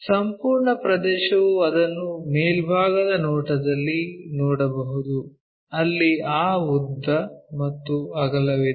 ಸಂಪೂರ್ಣ ಪ್ರದೇಶವು ಅದನ್ನು ಮೇಲ್ಭಾಗದ ನೋಟದಲ್ಲಿ ನೋಡಬಹುದು ಅಲ್ಲಿ ಆ ಉದ್ದ ಮತ್ತು ಅಗಲವಿದೆ